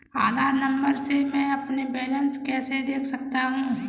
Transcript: आधार number से मैं अपना बैलेंस कैसे देख सकता हूँ?